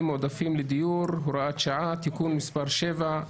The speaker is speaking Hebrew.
מועדפים לדיור (הוראת שעה) (תיקון מס' 7),